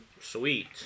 Sweet